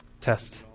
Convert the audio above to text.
Test